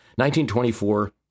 1924